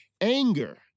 anger